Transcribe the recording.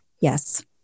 Yes